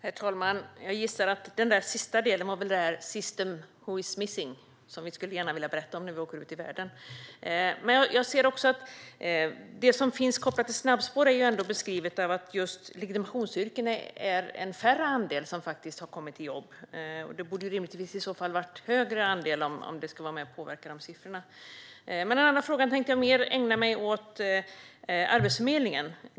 Herr talman! Jag gissar att den sista delen var the system which is missing, som vi gärna skulle vilja berätta om när vi åker ut i världen. Men när det gäller snabbspår är det beskrivet att just i fråga om legitimationsyrken är det en mindre andel som har kommit i jobb. Det borde rimligtvis vara en större andel om det ska vara med och påverka de siffrorna. Den andra frågan tänkte jag ägna mer åt Arbetsförmedlingen.